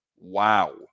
wow